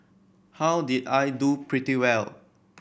how did I do pretty well